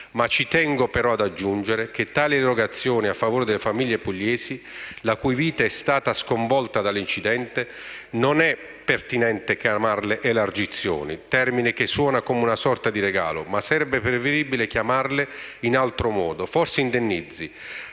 Ma ci tengo ad aggiungere che tali stanziamenti a favore delle famiglie pugliesi, la cui vita è stata sconvolta dall'incidente, non è pertinente chiamarli "elargizioni", termine che suona come una sorta di regalo, ma sarebbe preferibile chiamarli in altro modo, forse indennizzi,